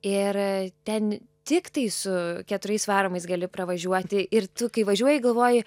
ir ten tiktai su keturiais varomais gali pravažiuoti ir tu kai važiuoji galvoji